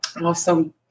Awesome